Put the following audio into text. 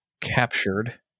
captured